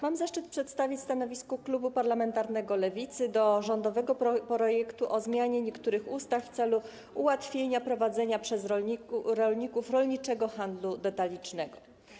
Mam zaszczyt przedstawić stanowisko klubu parlamentarnego Lewicy wobec rządowego projektu ustawy o zmianie niektórych ustaw w celu ułatwienia prowadzenia przez rolników rolniczego handlu detalicznego.